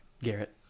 Garrett